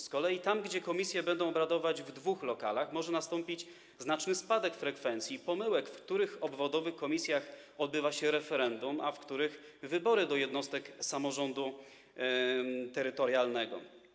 Z kolei tam, gdzie komisje będą obradować w dwóch lokalach, mogą nastąpić znaczny spadek frekwencji i pomyłki co do tego, w których obwodowych komisjach odbywa się referendum, a w których - wybory do jednostek samorządu terytorialnego.